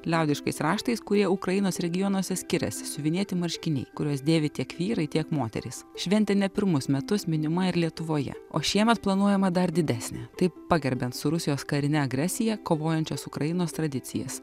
liaudiškais raštais kurie ukrainos regionuose skiriasi išsiuvinėti marškiniai kuriuos dėvi tiek vyrai tiek moterys šventė ne pirmus metus minima ir lietuvoje o šiemet planuojama dar didesnė taip pagerbiant su rusijos karine agresija kovojančias ukrainos tradicijas